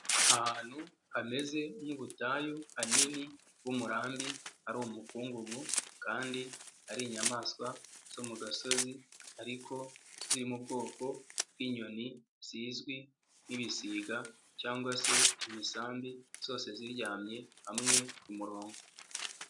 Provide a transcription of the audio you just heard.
Ahantu hameze nk'ubutayu hanini bw'umurambi, hari umukungugu kandi hari inyamaswa zo mu gasozi ariko ziriri mu bwoko bw'inyoni, zizwi nk'ibisiga cyangwa se imisambi, zose ziryamye hamwe ku murongo.